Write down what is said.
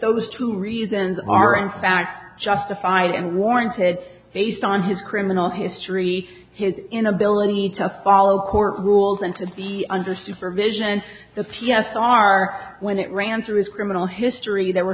those two reasons are in fact justified and warranted based on his criminal history his inability to follow court rules and to see under supervision the p s r when it ran through his criminal history there were